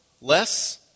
less